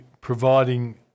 providing